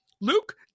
Luke